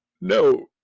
no